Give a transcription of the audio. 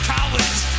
College